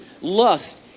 lust